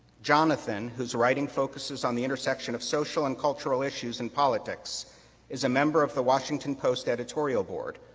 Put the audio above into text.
jonathan, who's writing focuses on the intersection of social and cultural issues in politics is a member of the washington post editorial board,